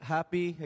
Happy